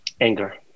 Anger